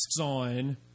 on